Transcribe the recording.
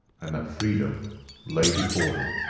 and that freedom lay before them.